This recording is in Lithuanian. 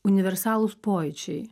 universalūs pojūčiai